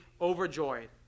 overjoyed